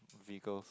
vehicles